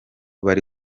bari